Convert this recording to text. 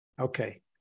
Okay